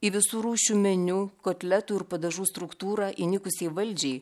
į visų rūšių meniu kotletų ir padažų struktūrą įnikusiai valdžiai